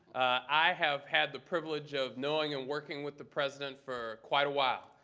i have had the privilege of knowing and working with the president for quite a while,